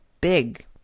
big